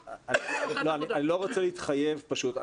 אני לא רוצה להתחייב פשוט.